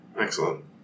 excellent